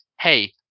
hey